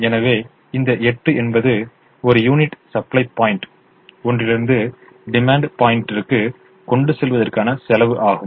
எனவே இந்த 8 என்பது ஒரு யூனிட் சப்ளை பாயிண்ட் ஒன்றிலிருந்து டிமாண்ட் பாயிண்டிற்கு கொண்டு செல்வதற்கான செலவு ஆகும்